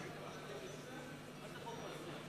נתקבלה.